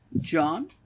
John